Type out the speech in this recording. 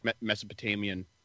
Mesopotamian